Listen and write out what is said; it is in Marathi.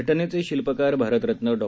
घटनेचे शिल्पकार भारतरत्न डॉ